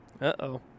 Uh-oh